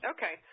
Okay